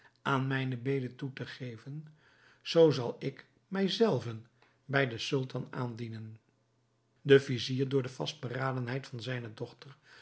aan mijne bede toe te geven zoo zal ik mij zelve bij den sultan aandienen de vizier door de vastberadenheid van zijne dochter